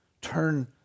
turn